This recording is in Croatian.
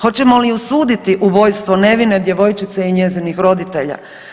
Hoćemo li osuditi ubojstvo nevine djevojčice i njezinih roditelja?